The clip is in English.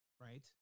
right